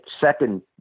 second